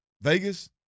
Vegas